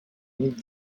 amic